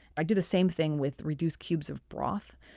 i do the same thing with reduced cubes of broth.